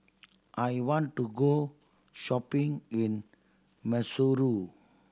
I want to go shopping in Maseru